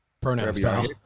pronouns